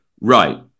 right